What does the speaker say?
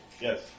Yes